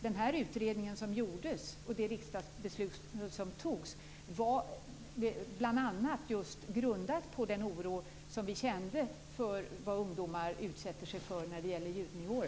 Den utredning som gjordes och det riksdagsbeslut som fattades grundades bl.a. på den oro som vi kände inför de ljudnivåer som ungdomar utsätter sig för.